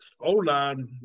O-line